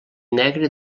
negre